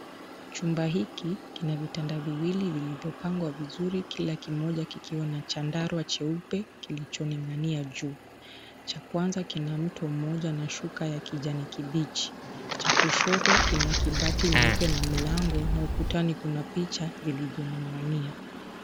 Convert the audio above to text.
Chumba hiki kina vitanda viwili vilivyopangwa vizuri kila kimoja kikiwa na chandarua cheupe kilichoning'ania juu. Cha kwanza kina mto mmoja na shuka ya kijani kibichi cha kushoto kina kibati nyeupe na mlango na ukutani kuna picha zilizoning'ania.